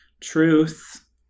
Truth